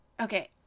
okay